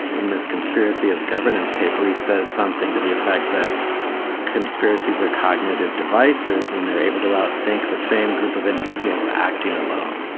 in this conspiracy as governance papers says something to the effect that conspiracies are cognitive devices and they're able to out-think the same group of individuals acting alone.